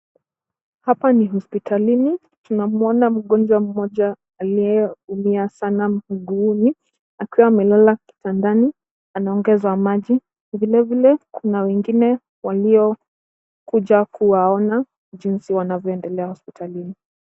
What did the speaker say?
Hapa ni hospitalini. Tunamuona mgonjwa mmoja aliye umia sana mguuni, akiwa amelala kitandani, anaongezwa maji. Vile vile kuna wengine waliokuja kuwaona, jinsi wanavyoendelea hospitalini.